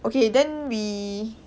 okay then we